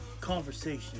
conversation